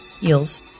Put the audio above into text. heels